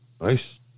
Nice